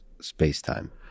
space-time